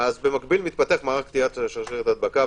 במקביל מתפתח מהלך קטיעת שרשרת הדבקה.